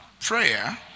prayer